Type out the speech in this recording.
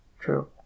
True